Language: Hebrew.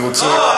אני רוצה,